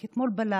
כי אתמול בלילה